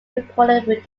recorded